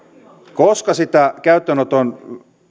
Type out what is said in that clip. koska sen käyttöönoton